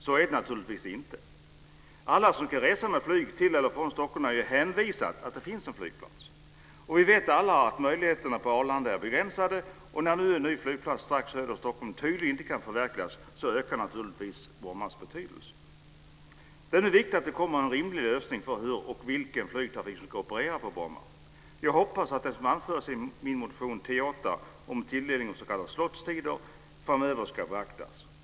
Så är det naturligtvis inte. Alla som ska resa med flyg till eller från Stockholm är ju hänvisade till att det finns en flygplats. Vi vet alla att möjligheterna på Arlanda är begränsade. När nu en flygplats strax söder om Stockholm tydligen inte kan förverkligas ökar naturligtvis Det är viktigt att det kommer en rimlig lösning för hur och vilken flygtrafik som ska operera på Bromma. Jag hoppas att det som anförs i min motion T8 om tilldelning av s.k. slot-tider framöver ska beaktas.